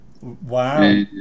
wow